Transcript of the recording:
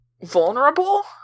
vulnerable